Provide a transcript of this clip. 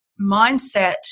mindset